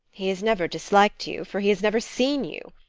he has never disliked you, for he has never seen you.